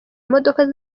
imodoka